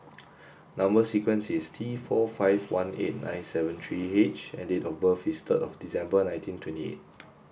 number sequence is T four five one eight nine seven three H and date of birth is third of December nineteen twenty eight